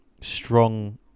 strong